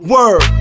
Word